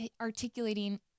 articulating